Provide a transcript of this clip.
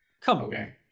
Come